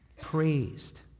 praised